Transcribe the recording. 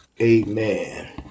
Amen